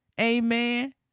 Amen